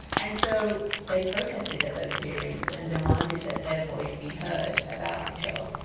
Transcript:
and so they protested that those hearings and demanded that their voice be heard about the pill.